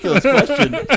question